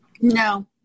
No